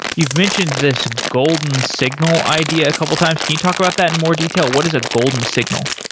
you've mentioned this golden signal idea a couple times. can you talk about that in more detail? what is a golden signal?